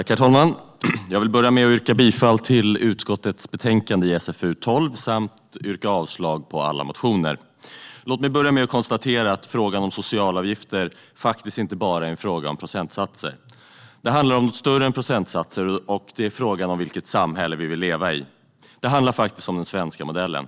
Herr talman! Jag vill börja med att yrka bifall till förslaget i socialförsäkringsutskottets betänkande 12 och avslag på reservationen och alla motioner. Låt mig börja med att konstatera att frågan om socialavgifter faktiskt inte bara är en fråga om procentsatser. Den handlar om något större än procentsatser, och den handlar om vilket samhälle som vi vill leva i. Den handlar faktiskt om den svenska modellen.